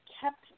kept